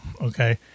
okay